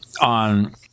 on